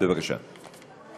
יעקב